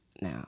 Now